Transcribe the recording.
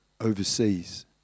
overseas